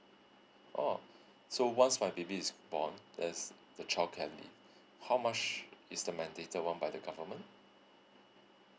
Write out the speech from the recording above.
orh so once my baby is born there's the childcare leave how much is the mandatory one by the government